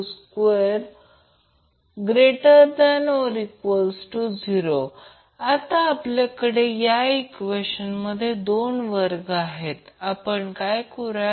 तर याचा अर्थ सर्किट L 12CXC2 वर रेसोनेट होत आहे आणि जेव्हा ZC 4 4 RL 2 XL 2 असेल तर L चे कोणतेही मूल्य सर्किटला रेसोनेट करनार नाही